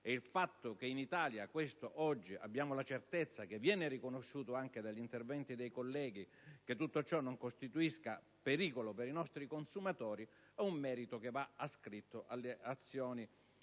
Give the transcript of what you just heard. Il fatto che in Italia oggi abbiamo la certezza, riconosciuta anche dagli interventi dei colleghi, che tutto ciò non costituisca pericolo per i nostri consumatori è un merito che va ascritto anche alle azioni